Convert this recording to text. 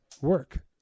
work